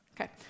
Okay